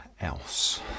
else